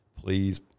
Please